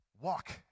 Walk